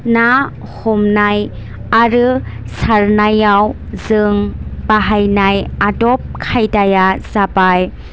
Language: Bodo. ना हमनाय आरो सारनायाव जों बाहायनाय आदब खायदाया जाबाय